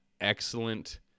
excellent –